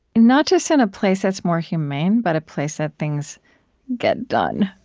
not just in a place that's more humane, but a place that things get done?